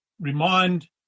remind